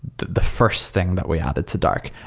the first thing that we added to dark,